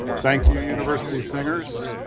thank you, university singers,